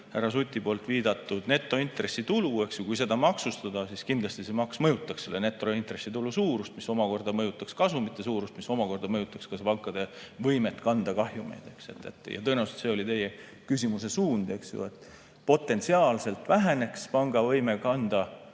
härra Suti poolt viidatud netointressitulu. Kui seda maksustada, siis kindlasti see maks mõjutaks netointressitulu suurust, mis omakorda mõjutaks kasumite suurust, mis omakorda mõjutaks ka pankade võimet kanda kahjumeid. Tõenäoliselt oli see teie küsimuse suund. Potentsiaalselt väheneks panga võime kanda